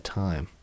time